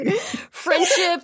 Friendship